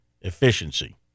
efficiency